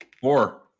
Four